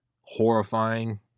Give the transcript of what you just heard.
horrifying